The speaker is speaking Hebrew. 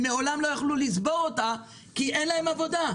מעולם לא יכלו לצבור אותה כי אין להם עבודה.